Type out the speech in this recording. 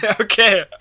Okay